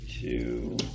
two